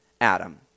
Adam